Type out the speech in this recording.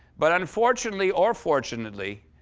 but unfortunately or fortunately,